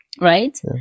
Right